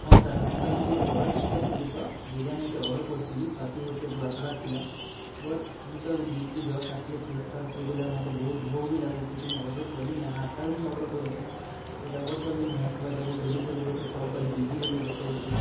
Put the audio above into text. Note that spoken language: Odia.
ହଁ ସାର୍ ହଁ ସାର୍ ମୁଁ ଏଇ ଗୋଟେ ଅର୍ଡ଼ରଟେ କରିଥିଲି ତ ବିରିୟାନୀଟେ ଅର୍ଡ଼ର କରିଥିଲି ସ୍ଵାତି ହୋଟେଲରୁ ଆସିବାର ଥିଲା ବଟ୍ ମୁଇଁ ତ ଏବେ ଡ଼ିଉଟିରୁ ଜଷ୍ଟ ଆସିଲି ଫ୍ରେଶ୍ ଫ୍ରାଶ୍ ହେଇଗଲାରୁ ମତେ ବହୁତ ଭୋକ ବି ଲାଗୁଛେ ତ ମୁଁ ଅର୍ଡ଼ର କଲି ନା ଆଠଟାରୁ ମୁଇଁ ଅର୍ଡ଼ର କରିଛେଁ ବଟ୍ ଏବେର୍ ତକ୍ ବି ନେଇଁ ଆସବା ତେ ଡେଲିଭରୀ ବୟକୁ କଲ୍ କଲେ ବିଜି ବୋଲି ବତାଉଛେ